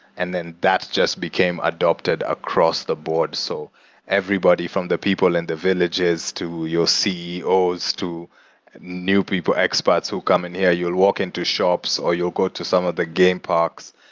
and then, that just became adopted across the board. so everybody from the people in the villages, to your ceos, to new people experts who come in here, you'll walk into shops, or you'll go to some of the game parks,